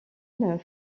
mâles